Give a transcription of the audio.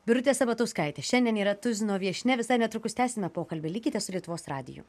birutė sabatauskaitė šiandien yra tuzino viešnia visai netrukus tęsime pokalbį likite su lietuvos radiju